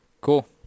Cool